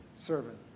Servant